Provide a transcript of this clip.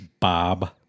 Bob